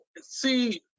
see